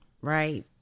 right